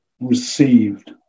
received